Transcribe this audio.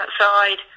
outside